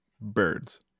Birds